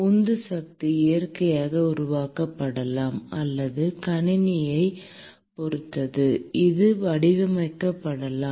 உந்து சக்தி இயற்கையாக உருவாக்கப்படலாம் அல்லது கணினியைப் பொறுத்து அது வடிவமைக்கப்படலாம்